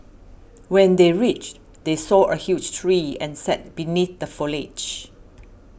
when they reached they saw a huge tree and sat beneath the foliage